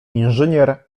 inżynier